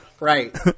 Right